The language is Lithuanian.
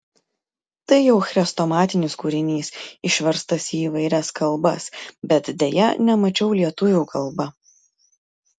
tai jau chrestomatinis kūrinys išverstas į įvairias kalbas bet deja nemačiau lietuvių kalba